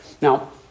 Now